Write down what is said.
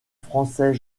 français